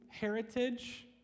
heritage